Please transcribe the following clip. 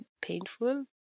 painful